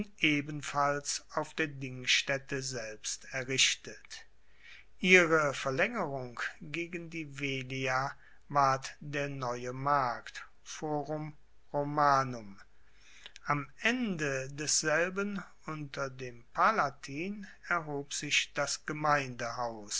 ebenfalls auf der dingstaette selbst errichtet ihre verlaengerung gegen die velia ward der neue markt forum romanum am ende desselben unter dem palatin erhob sich das gemeindehaus